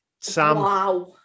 Sam